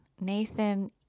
Nathan